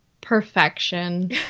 perfection